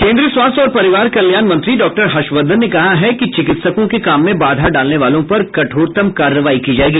केंद्रीय स्वास्थ्य और परिवार कल्याण मंत्री डॉक्टर हर्षवर्धन ने कहा है कि चिकित्सकों के काम में बाधा डालने वालों पर कठोरतम कार्रवाई की जायेगी